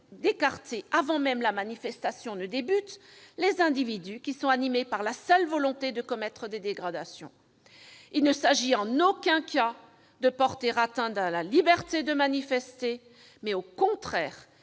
d'écarter, dès avant la manifestation, les individus animés par la seule volonté de commettre des dégradations. Il ne s'agit en aucun cas de porter atteinte à la liberté de manifester, mais au contraire